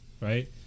right